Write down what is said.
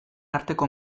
arteko